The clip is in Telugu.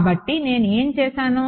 కాబట్టి నేను ఏమి చేసాను